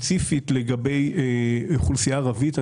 ספציפית לגבי האוכלוסייה הערבית,